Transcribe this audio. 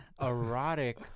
erotic